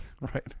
right